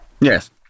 Yes